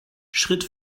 schritt